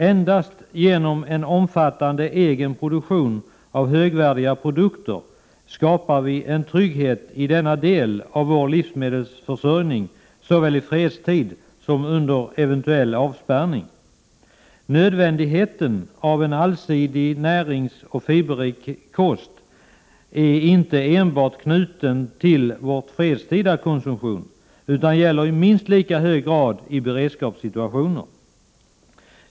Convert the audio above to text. Endast genom en omfattande egen produktion av högvärdiga produkter skapar vi en trygghet i denna del av vår livsmedelsförsörjning såväl i fredstid som under eventuell avspärrning. En allsidig, näringsrik och fiberrik kost är nödvändig inte enbart i fredstid utan i minst lika hög grad i beredskapssituationer.